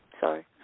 Sorry